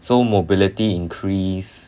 so mobility increase